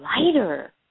lighter